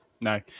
No